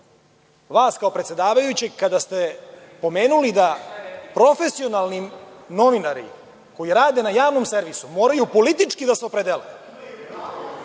vas kao predsedavajućeg kada ste pomenuli da profesionalni novinari koji rade na javnom servisu moraju politički da se opredele